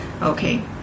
okay